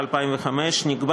עברה